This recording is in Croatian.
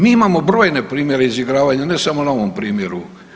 Mi imamo brojne primjere izigravanja ne samo na ovom primjeru.